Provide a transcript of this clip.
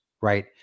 right